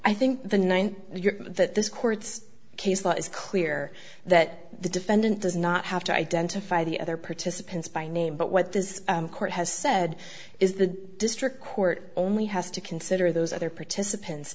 i think the nine that this court's case law is clear that the defendant does not have to identify the other participants by name but what this court has said is the district court only has to consider those other participants